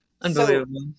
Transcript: Unbelievable